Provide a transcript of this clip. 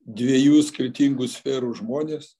dviejų skirtingų sferų žmonės